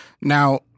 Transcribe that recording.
Now